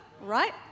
right